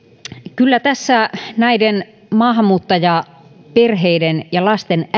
kyllä tässä maahanmuuttajaperheiden ja lasten äideillä